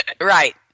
Right